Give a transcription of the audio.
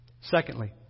Secondly